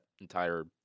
entire